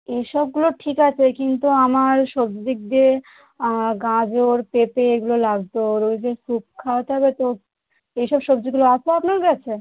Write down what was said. এই সবগুলো ঠিক আছে কিন্তু আমার সব দিক দিয়ে গাজর পেঁপে এইগুলো লাগতো রোগীকে স্যুপ খাওয়াতে হবে তো এসব সবজিগুলো আছে আপনার কাছে